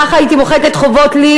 ככה הייתי מוחקת חובות לי,